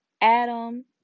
Adam